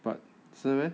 but 是 meh